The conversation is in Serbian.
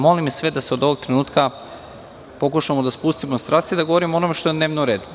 Molim sve da od ovog trenutka pokušamo da spustimo strasti i da govorimo o onome što je na dnevnom redu.